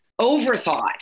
overthought